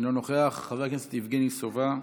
אינו נוכח, חבר הכנסת יבגני סובה,